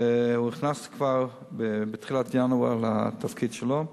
והוא נכנס כבר בתחילת ינואר לתפקיד שלו.